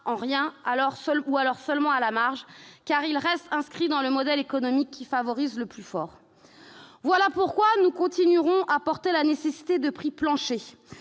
les choses seulement à la marge, car il reste inscrit dans un modèle économique qui favorise le plus fort. Voilà pourquoi nous continuerons à porter la nécessité de prix planchers.